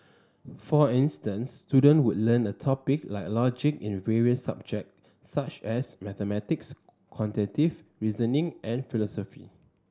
for instance student would learn a topic like logic in various subject such as mathematics quantitative reasoning and philosophy